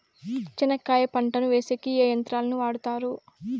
చెనక్కాయ పంటను వేసేకి ఏ యంత్రాలు ను వాడుతారు?